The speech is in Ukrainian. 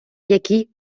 який